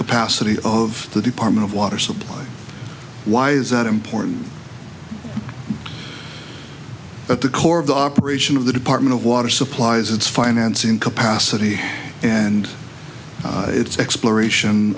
capacity of the department of water supplies why is that important at the core of the operation of the department of water supplies its financing capacity and its exploration